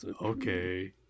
Okay